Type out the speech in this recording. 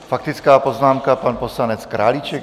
Faktická poznámka, pan poslanec Králíček.